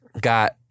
got